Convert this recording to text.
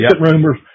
rumors